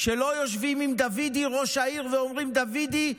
כשלא יושבים עם דוידי ראש העיר ואומרים: דוידי,